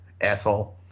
asshole